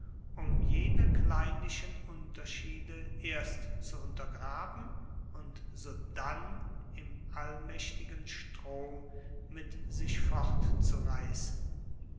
um jene kleinlichen unterschiede erst zu untergraben und sodann im allmaechtigen strom mit sich